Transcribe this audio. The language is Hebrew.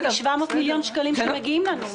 700 מיליון שקלים שמגיעים לנו.